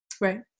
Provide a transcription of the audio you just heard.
right